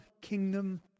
kingdom